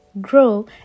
grow